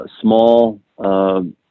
small